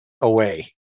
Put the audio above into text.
away